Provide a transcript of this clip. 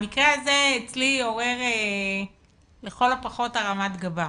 המקרה הזה אצלי עורר לכל הפחות הרמת גבה,